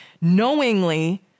knowingly